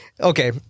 okay